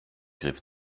griff